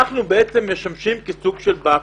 אנחנו בעצם משמשים כסוג של באפר.